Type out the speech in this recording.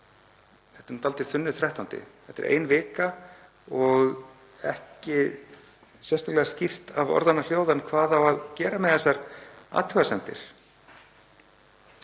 Þetta er dálítið þunnur þrettándi. Þetta er ein vika og ekki er sérstaklega skýrt af orðanna hljóðan hvað á að gera við þessar athugasemdir.